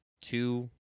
two